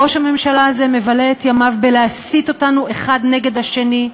ראש הממשלה הזה מבלה את ימיו בלהסית אותנו אחד נגד השני,